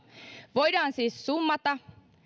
voidaan siis summata